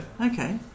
Okay